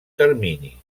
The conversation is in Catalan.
termini